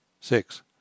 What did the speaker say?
Six